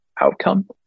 outcome